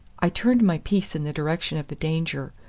i turned my piece in the direction of the danger,